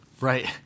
Right